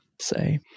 Say